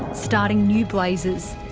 starting new blazes,